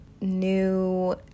new